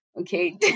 okay